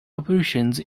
operations